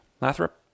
Lathrop